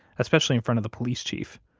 especially in front of the police chief.